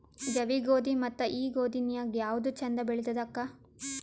ಜವಿ ಗೋಧಿ ಮತ್ತ ಈ ಗೋಧಿ ನ್ಯಾಗ ಯಾವ್ದು ಛಂದ ಬೆಳಿತದ ಅಕ್ಕಾ?